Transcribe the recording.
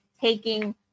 taking